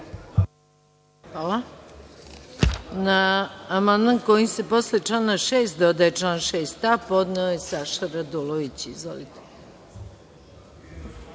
Hvala.